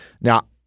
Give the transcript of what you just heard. Now